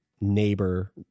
neighbor